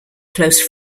close